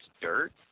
dirt